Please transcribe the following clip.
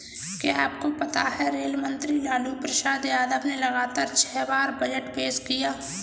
क्या आपको पता है रेल मंत्री लालू प्रसाद यादव ने लगातार छह बार बजट पेश किया?